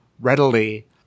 readily